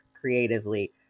creatively